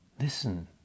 listen